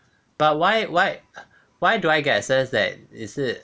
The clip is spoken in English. but why why why do I get a sense that 你是